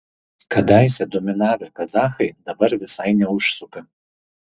kadaise dominavę kazachai dabar visai neužsuka